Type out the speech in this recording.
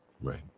Right